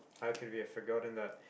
how could we have forgotten that